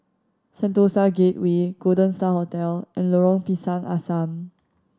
Sentosa Gateway Golden Star Hotel and Lorong Pisang Asam